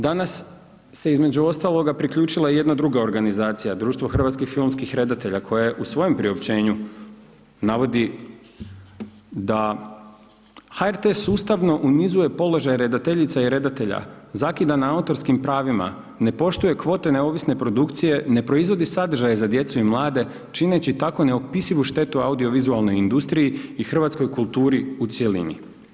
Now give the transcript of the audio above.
Danas se između ostaloga priključila i jedna druga organizacija, Društvo hrvatskih filmskih redatelja, koja u svojem priopćenju navodi da HRT sustavno unizuje položaj redateljica i redatelja, zakida na autorskim pravila, ne poštuje kvote neovisne produkcije, ne proizvodi sadržaj za djecu i mlade, čineći tako neopisivu štetu audio-vizualnoj industriji i hrvatskoj kulturi u cjelini.